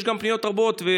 יש גם פניות רבות.